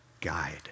guide